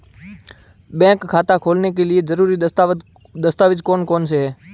Bank खाता खोलने के लिए ज़रूरी दस्तावेज़ कौन कौनसे हैं?